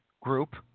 group